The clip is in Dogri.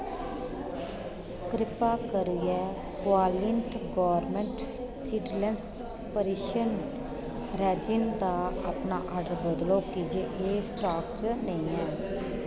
किरपा करियै Qualinut gourmet seedless Persian raisin दा अपना आर्डर बदलो की जे एह् स्टाक च नेईं ऐ